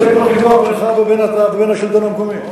שטרית, זה כבר ויכוח בינך לבין השלטון המקומי.